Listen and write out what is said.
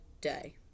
day